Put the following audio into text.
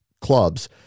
clubs